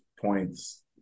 points